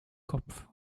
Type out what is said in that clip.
kopf